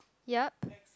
yeap